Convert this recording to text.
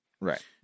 Right